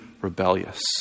rebellious